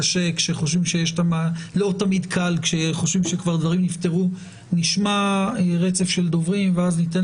קל כאשר חושבים שדברים נפתרו - שנשמע רצף של דוברים ואז ניתן